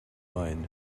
mind